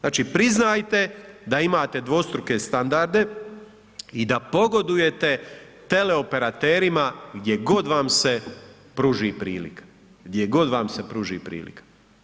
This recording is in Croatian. Znači, priznajete da imate dvostruke standarde i da pogodujete teleoperaterima gdje god vam se pruži prilika, gdje god vam se pruži prilika.